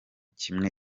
kimwe